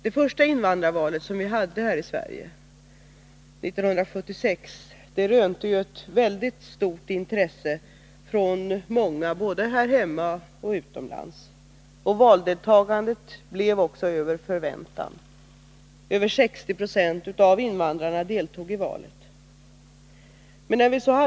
Det första invandrarvalet i Sverige år 1976 rönte ett väldigt stort intresse från många, både här hemma och utomlands. Valdeltagandet blev också över förväntan. Mer än 6096 av invandrarna deltog i valet.